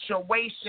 situation